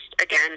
again